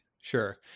Sure